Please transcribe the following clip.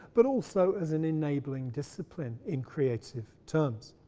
but also as an enabling discipline in creative terms.